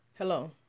Hello